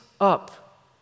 up